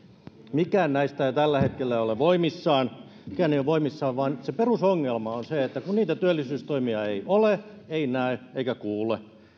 mikään näistä ei tällä hetkellä ole voimissaan mikään ei ole voimissaan vaan se perusongelma on se että kun niitä työllisyystoimia ei ole ei näy eikä kuulu